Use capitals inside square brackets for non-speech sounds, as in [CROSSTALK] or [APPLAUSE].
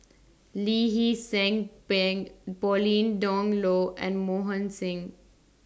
Lee Hee Seng [UNINTELLIGIBLE] Pauline Dawn Loh and Mohan Singh